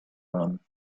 room